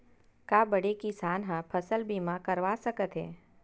का बड़े किसान ह फसल बीमा करवा सकथे?